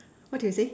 what did you say